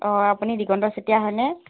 অঁ আপুনি দিগন্ত চেতিয়া হয়নে